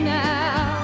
now